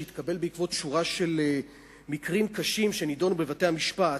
שהתקבל בעקבות שורה של מקרים קשים שנדונו בבתי-המשפט,